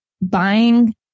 buying